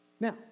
Now